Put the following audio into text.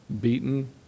beaten